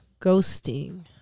Ghosting